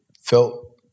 felt